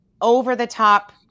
over-the-top